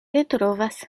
retrovas